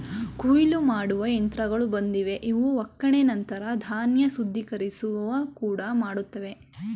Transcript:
ಕೊಯ್ಲು ಮಾಡುವ ಯಂತ್ರಗಳು ಬಂದಿವೆ ಇವು ಒಕ್ಕಣೆ ನಂತರ ಧಾನ್ಯ ಶುದ್ಧೀಕರಿಸುವ ಕೂಡ ಮಾಡ್ತವೆ